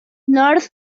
north